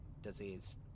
disease